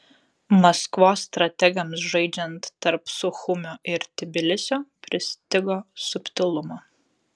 maskvos strategams žaidžiant tarp suchumio ir tbilisio pristigo subtilumo